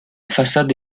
façade